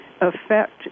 affect